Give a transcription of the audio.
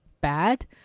bad